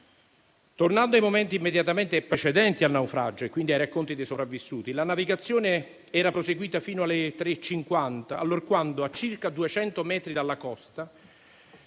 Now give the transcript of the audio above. Tornando ai momenti immediatamente precedenti al naufragio e quindi ai racconti dei sopravvissuti, la navigazione era proseguita fino alle ore 3,50, allorquando, a circa 200 metri dalla costa,